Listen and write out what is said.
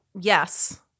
Yes